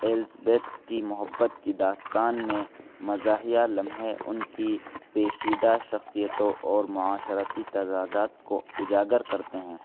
Elizabeth کی محبت کی داستان میں مزاحیہ لمحے ان کی پیچیدہ شخصیتوں اور معاشرتی تضادات کو اجاگر کرتے ہیں